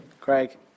Craig